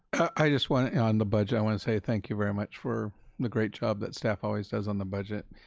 i just want on the budget, i want to say thank you very much for the great job that staff always does on the budget.